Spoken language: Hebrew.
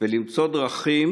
ולמצוא דרכים